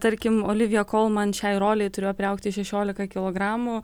tarkim olivija kolman šiai rolei turėjo priaugti šešioliką kilogramų